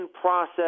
process